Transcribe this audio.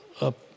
up